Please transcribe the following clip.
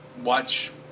watch